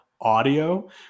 audio